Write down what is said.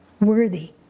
worthy